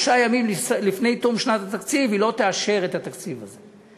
לפני תום שנת התקציב היא לא תאשר את התקציב הזה,